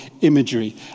imagery